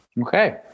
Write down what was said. Okay